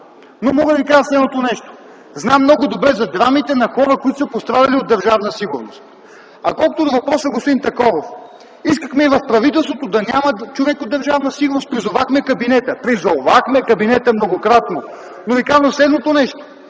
Но мога да кажа следното нещо. Знам много добре за драмите на хора, пострадали от Държавна сигурност. Колкото до въпроса от господин Такоров – искахме в правителството да няма човек от Държавна сигурност. Призовахме кабинета. Призовахме кабинета многократно. Но след наследството,